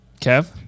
Kev